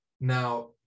Now